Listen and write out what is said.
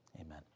Amen